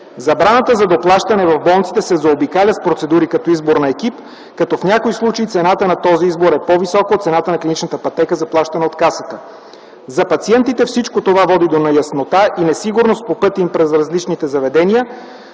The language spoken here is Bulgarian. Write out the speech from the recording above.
Забраната за доплащане в болниците се заобикаля с процедури като избор на екип, като в някои случаи цената на този избор е по-висока от цената на клиничната пътека, заплащана от Касата. За пациентите всичко това води до неяснота и несигурност по пътя им през различните заведения,